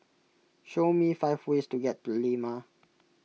show me five ways to get to Lima